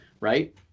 right